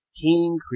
King